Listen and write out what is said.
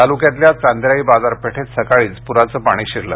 तालुक्यातल्या चांदेराई बाजारपेठेत सकाळीच पुराचं पाणी शिरलं